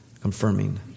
confirming